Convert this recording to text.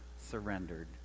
surrendered